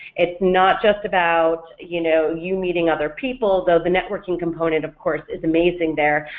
it's not just about you know you meeting other people, though the networking component of course is amazing there,